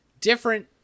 different